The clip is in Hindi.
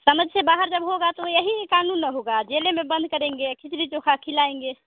समझ से बाहर जब होगा तो यही क़ानून ना होगा जेल में बंद करेंगे और खिचड़ी चोखा खिलाएँगे